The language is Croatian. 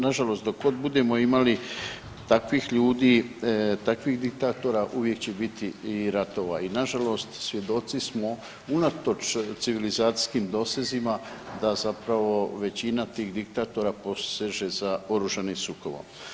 Nažalost dok god budemo imali takvih ljudi, takvih diktatora uvijek će biti i ratova i nažalost svjedoci smo unatoč civilizacijskim dosezima da zapravo većina tih diktatora poseže za oružanim sukobom.